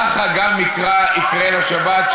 ככה יקרה גם לשבת,